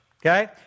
okay